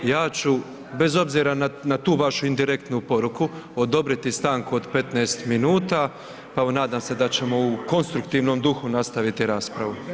Ja ću bez obzira na tu vašu indirektnu poruku, odobriti stanku od 15 minuta pa evo nadam se da ćemo u konstruktivnom duhu nastaviti raspravu.